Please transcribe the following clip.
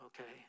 Okay